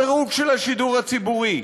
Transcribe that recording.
הפירוק של השידור הציבורי,